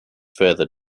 further